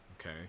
okay